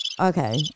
Okay